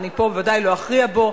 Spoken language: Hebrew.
אני פה ודאי לא אכריע בו,